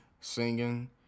singing